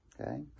Okay